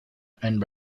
and